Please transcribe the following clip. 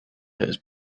his